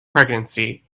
pregnancy